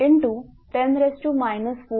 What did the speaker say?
तर Ac41